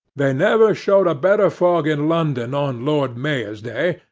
they never showed a better fog in london on lord mayor's day,